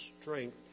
strength